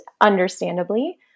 understandably